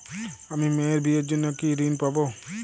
আমি মেয়ের বিয়ের জন্য কি ঋণ পাবো?